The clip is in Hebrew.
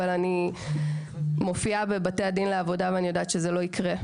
אבל אני מופיעה בבתי הדין לעבודה ויודעת שזה לא יקרה.